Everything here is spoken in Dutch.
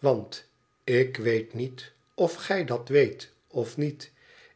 want ik weet niet of gij dat weet of niet